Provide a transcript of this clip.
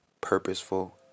Purposeful